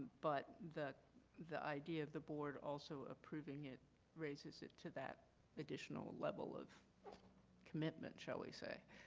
but the the idea of the board also approving it raises it to that additional level of commitment, shall we say.